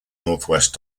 northwest